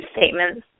statements